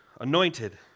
anointed